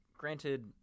Granted